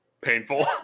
painful